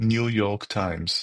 ניו יורק טיימס,